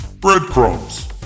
Breadcrumbs